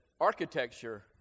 architecture